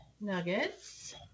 nuggets